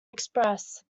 express